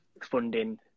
funding